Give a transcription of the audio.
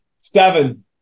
seven